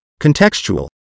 contextual